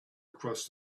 across